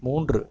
மூன்று